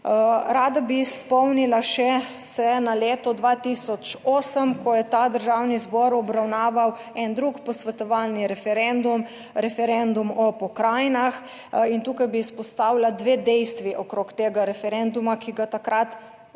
Rada bi spomnila še se na leto 2008, ko je ta Državni zbor obravnaval en drug posvetovalni referendum, referendum o pokrajinah in tukaj bi izpostavila dve dejstvi okrog tega referenduma, ki ga takrat nobena